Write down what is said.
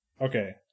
okay